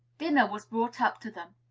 dinner was brought up to them.